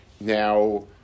Now